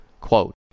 Quote